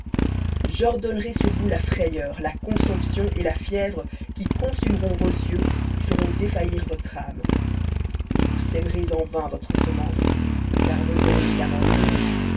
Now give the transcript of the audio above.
j'ordonnerai sur vous la frayeur la consomption et la fièvre qui consumeront vos yeux et feront défaillir votre âme et vous sèmerez en vain votre semence car vos ennemis la mangeront